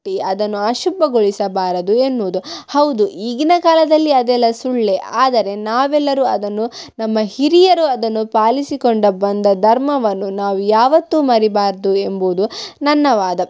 ಅದನ್ನು ಅಶುಭಗೊಳಿಸಬಾರದು ಎನ್ನುವುದು ಹೌದು ಈಗಿನ ಕಾಲದಲ್ಲಿ ಅದೆಲ್ಲ ಸುಳ್ಳೆ ಆದರೆ ನಾವೆಲ್ಲರೂ ಅದನ್ನು ನಮ್ಮ ಹಿರಿಯರು ಅದನ್ನು ಪಾಲಿಸಿಕೊಂಡು ಬಂದ ಧರ್ಮವನ್ನು ನಾವು ಯಾವತ್ತೂ ಮರಿಬಾರದು ಎಂಬುವುದು ನನ್ನ ವಾದ